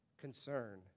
concern